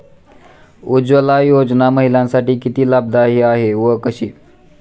उज्ज्वला योजना महिलांसाठी किती लाभदायी आहे व कशी?